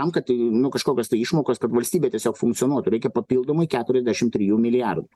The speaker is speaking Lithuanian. tam kad tai nu kažkokios tai išmokos kad valstybė tiesiog funkcionuotų reikia papildomai keturiasdešim trijų milijardų